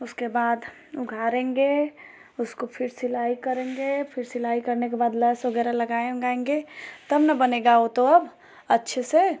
उसके बाद उघाड़ेंगे उसको फिर सिलाई करेंगे फिर सिलाई करने के बाद लेस वग़ैरह लगाएँगे वगाएँगे तब ना बनेगा वह तो अब अच्छे से